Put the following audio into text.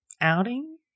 outing